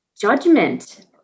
judgment